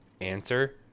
answer